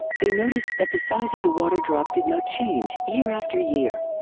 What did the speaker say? they noticed that the size of the water drop did not change year after year.